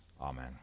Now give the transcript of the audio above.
Amen